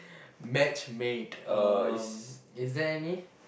matchmade uh is there any